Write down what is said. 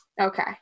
okay